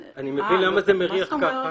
אני מבין למה זה מריח ככה --- מה זאת אומרת?